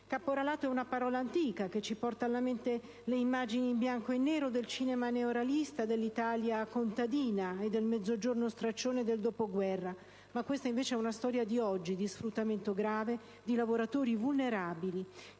Caporalato è una parola antica, che ci porta alla mente le immagini in bianco e nero del cinema neorealista dell'Italia contadina e del Mezzogiorno straccione del dopoguerra, ma questa invece è una storia di oggi, di sfruttamento grave, di lavoratori vulnerabili.